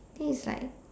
then is like